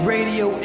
Radio